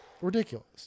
Ridiculous